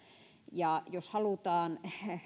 jos halutaan